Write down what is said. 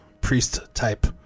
priest-type